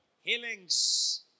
healings